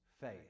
faith